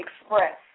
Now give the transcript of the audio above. express